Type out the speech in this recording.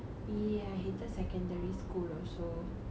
!ee! I hated secondary school also